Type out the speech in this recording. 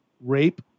rape